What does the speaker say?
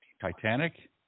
Titanic